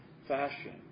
fashion